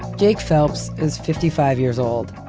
jakes phelps is fifty five years old.